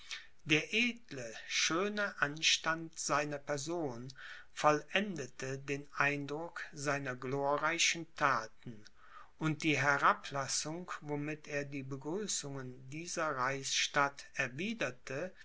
der edle schöne anstand seiner person vollendete den eindruck seiner glorreichen thaten und die herablassung womit er die begrüßungen dieser reichsstadt erwiederte